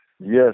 Yes